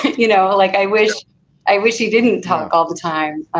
you know, like i wish i wish he didn't talk all the time.